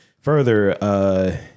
Further